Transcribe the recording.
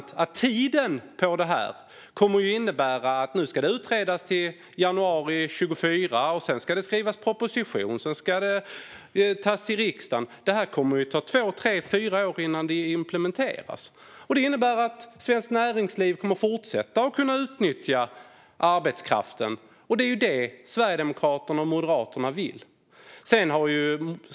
Tiden för detta är också intressant. Nu ska det utredas till januari 2024. Sedan ska det skrivas proposition och tas till riksdagen. Det kommer att ta två tre fyra år innan detta implementeras. Det innebär att svenskt näringsliv kommer att kunna fortsätta utnyttja arbetskraften, och det är detta Sverigedemokraterna och Moderaterna vill.